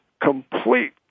complete